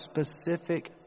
specific